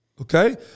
Okay